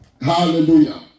Hallelujah